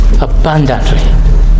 abundantly